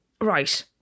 right